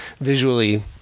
visually